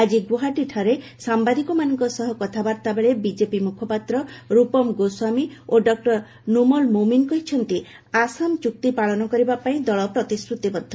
ଆଜି ଗୁଆହାଟୀଠାରେ ସାମ୍ବାଦିକମାନଙ୍କ ସହ କଥାବାର୍ତ୍ତା ବେଳେ ବିଜେପି ମୁଖପାତ୍ର ରୂପମ୍ ଗୋସ୍ୱାମୀ ଓ ଡକ୍ଟର ନୁମଲ୍ ମୋମିନ୍ କହିଛନ୍ତି ଆସାମ ଚୁକ୍ତି ପାଳନ କରିବା ପାଇଁ ଦଳ ପ୍ରତିଶ୍ରୁତିବଦ୍ଧ